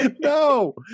No